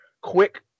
quick